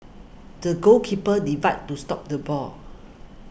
the goalkeeper divide to stop the ball